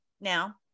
now